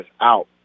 out